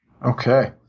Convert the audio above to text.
Okay